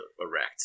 erect